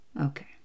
Okay